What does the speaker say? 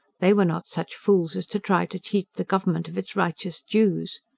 they were not such fools as to try to cheat the government of its righteous dues.